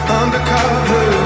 undercover